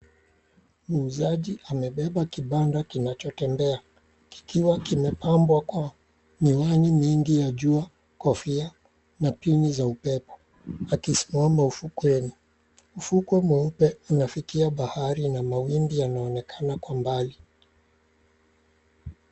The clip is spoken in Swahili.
Muuzaji amebeba kibanda kinachotembea kikiwa kimepambwa kwa miwani mingi ya jua, kofia na pini za upepo, akisimama ufukuweni ufuko mweupe unafikia baharini na mawingu yanaonekana Kwa mbali.